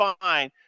fine